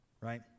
right